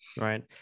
Right